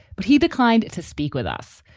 but he declined to speak with us.